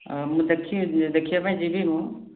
ଆଉ ମୁଁ ଦେଖିବି ଦେଖିବା ପାଇଁ ଯିବି ମୁଁ